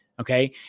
okay